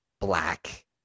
black